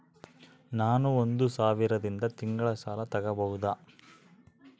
ನಾನು ಒಂದು ಸಾವಿರದಿಂದ ತಿಂಗಳ ಸಾಲ ತಗಬಹುದಾ?